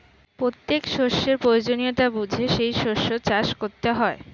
প্রত্যেক শস্যের প্রয়োজনীয়তা বুঝে সেই শস্য চাষ করতে হয়